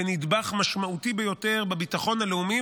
זה נדבך משמעותי ביותר בביטחון הלאומי,